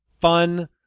fun